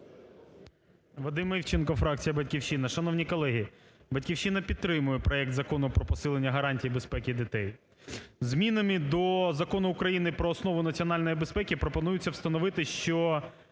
Вадим Івченко, фракція "Батьківщина". Шановні колеги, "Батьківщина" підтримує проект Закону про посилення гарантій безпеки дітей. Змінами до Закону України "Про основу національної безпеки" пропонується встановити, що